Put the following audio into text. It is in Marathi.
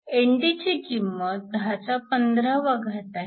ND ची किंमत 1015 आहे